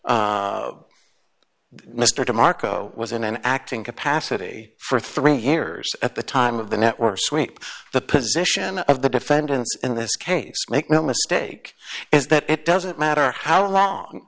marco was in an acting capacity for three years at the time of the network's week the position of the defendants in this case make no mistake is that it doesn't matter how